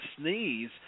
sneeze